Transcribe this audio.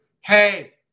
Hey